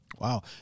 Wow